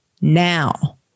now